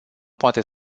poate